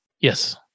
Yes